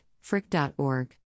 Frick.org